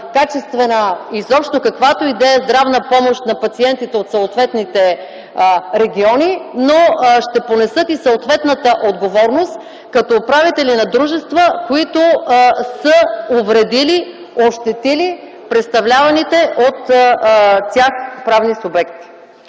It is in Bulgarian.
качествена, изобщо каквато и да е здравна помощ на пациентите от съответните региони, но ще понесат и съответната отговорност като управители на дружества, които са увредили, ощетили представляваните от тях правни субекти.